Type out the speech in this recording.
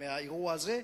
מהאירוע הזה.